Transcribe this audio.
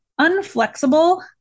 unflexible